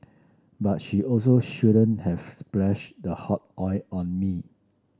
but she also shouldn't have splashed the hot oil on me